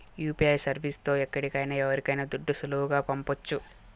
UPI service తో ఎక్కడికైనా ఎవరికైనా దుడ్లు సులువుగా పంపొచ్చు